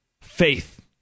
Faith